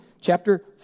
chapter